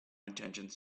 intention